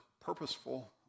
purposeful